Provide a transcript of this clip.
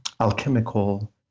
alchemical